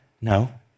no